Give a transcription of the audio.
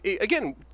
again